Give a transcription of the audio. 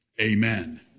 amen